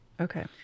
okay